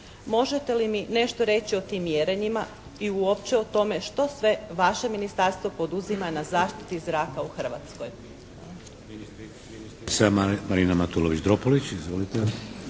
Možete li mi nešto reći o tim mjerenjima i uopće o tome što sve vaše ministarstvo poduzima na zaštiti zraka u Hrvatskoj?